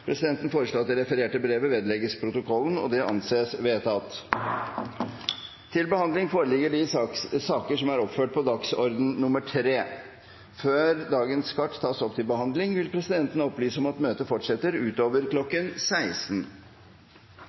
Presidenten foreslår at det refererte brevet vedlegges protokollen. – Det anses vedtatt. Før sakene på dagens kart tas opp til behandling, vil presidenten opplyse om at møtet fortsetter utover